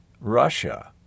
Russia